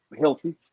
healthy